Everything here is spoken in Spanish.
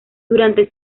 durante